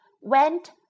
Went